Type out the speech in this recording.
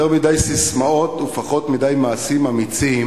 שיותר מדי ססמאות ופחות מדי מעשים אמיצים